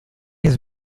has